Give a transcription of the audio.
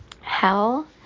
hell